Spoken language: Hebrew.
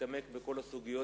להתעמק בכל הסוגיות